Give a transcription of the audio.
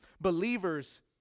believers